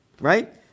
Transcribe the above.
right